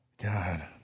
God